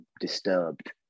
disturbed